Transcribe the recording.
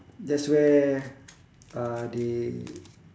that's where uh they